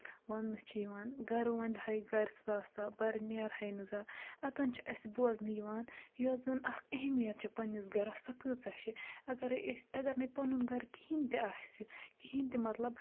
ونٛنہٕ چھِ یِوان گَرٕ وَندہَے گَرٕ ساسا بَرٕ نیرہَے نہٕ زانٛہہ اَتٮ۪ن چھِ اَسہِ بوزنہٕ یِوان یۄس زَن اَکھ اَہمیت چھےٚ پنٛنِس گَرَس سۄ کۭژاہ چھِ اَگرَے أسۍ اَگر نَے پَنُن گَرٕ کِہیٖنۍ تہِ آسہِ کِہیٖنۍ تہِ مطلب